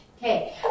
Okay